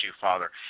Father